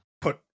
put